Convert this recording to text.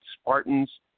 Spartans